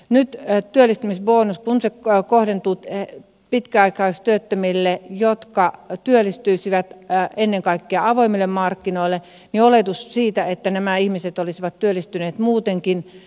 nyt työllistymisbonus kohdentuu niille pitkäaikaistyöttömille jotka työllistyisivät ennen kaikkea avoimille markkinoille ja on esitetty oletus että nämä ihmiset olisivat työllistyneet muutenkin